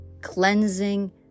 cleansing